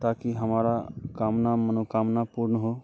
ताकि हमारा कामना मनोकामना पूर्ण हो